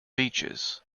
beaches